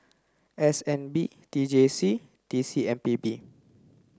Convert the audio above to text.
S N B T J C T C M P B